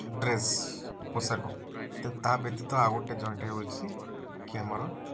dress ପୋଷାକ ତେଣୁ ତା ବ୍ୟତୀତ ଆଉ ଗୋଟେ ଜଏଣ୍ଟ ହେଉଛି କି ଆମର